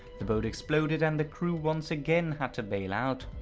the boat exploded and the crew once again had to bail out.